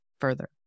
further